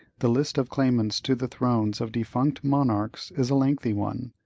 the list of claimants to the thrones of defunct monarchs is a lengthy one,